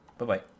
Bye-bye